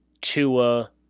Tua